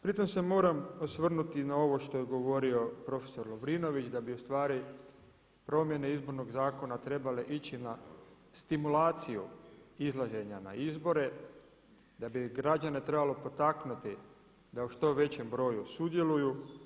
Pritom se moram osvrnuti na ovo što je govorio prof. Lovrinović da bi ustvari promjene Izbornog zakona trebale ići na stimulaciju izlaženja na izbore, da bi građane trebalo potaknuti da u što većem broju sudjeluju.